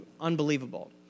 unbelievable